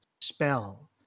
spell